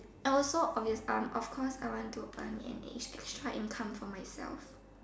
I also obvious um of course I want to earn an edge extra income for myself